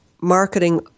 marketing